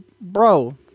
bro